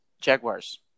Jaguars